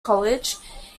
college